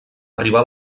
arribar